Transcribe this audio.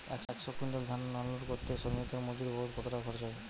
একশো কুইন্টাল ধান আনলোড করতে শ্রমিকের মজুরি বাবদ কত টাকা খরচ হয়?